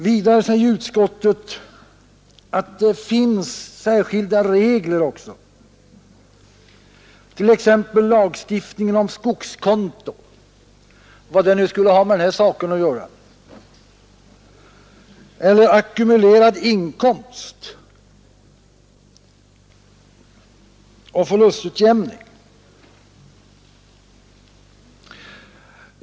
Vidare säger utskottet att det finns särskilda regler, t.ex. lagstiftningen om skogskonto — vad den nu skulle ha med den här saken att göra — eller ackumulerad inkomst och förlustutjämning.